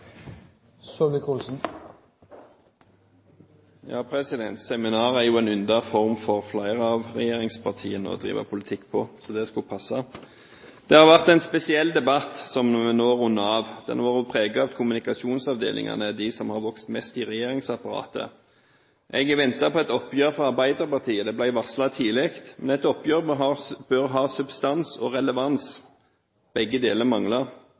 debatten. Ja, seminar er jo for flere av regjeringspartiene en yndet form å drive politikk. Så det skulle passe. Det har vært en spesiell debatt som vi nå runder av. Den har vært preget av kommunikasjonsavdelingene. Det er de som har vokst mest i regjeringsapparatet. Jeg har ventet på et oppgjør fra Arbeiderpartiet. Det ble varslet tidlig. Men et oppgjør bør ha substans og relevans, begge deler